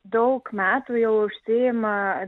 daug metų jau užsiima